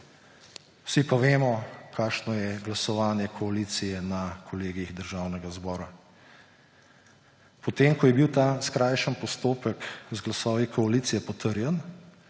vsi pa vemo, kakšno je glasovanje koalicije na kolegijih predsednika Državnega zbora. Potem ko je bil ta skrajšani postopek z glasovi koalicije potrjen